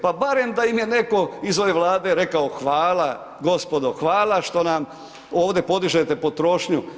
Pa bar da im je neko iz ove Vlade rekao hvala gospodo, hvala što nam ovdje podižete potrošnju.